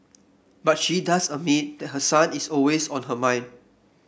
but she does admit that her son is always on her mind